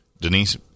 Denise